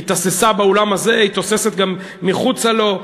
היא תססה באולם הזה, היא תוססת גם מחוצה לו.